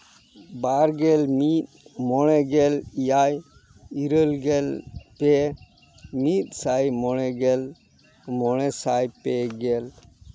ᱵᱟᱨ ᱜᱮᱞ ᱢᱤᱫ ᱢᱚᱬᱮ ᱜᱮᱞ ᱮᱭᱟᱭ ᱤᱨᱟᱹᱞ ᱜᱮᱞ ᱯᱮ ᱢᱤᱫ ᱥᱟᱭ ᱢᱚᱬᱮ ᱜᱮᱞ ᱢᱚᱬᱮ ᱥᱟᱭ ᱯᱮ ᱜᱮᱞ